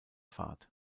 fahrt